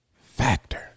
Factor